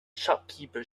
shopkeeper